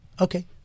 Okay